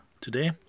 today